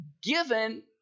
given